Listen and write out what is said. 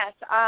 yes